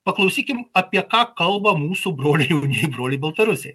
paklausykim apie ką kalba mūsų broliai jaunieji broliai baltarusiai